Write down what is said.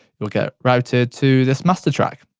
it will get routed to this master track.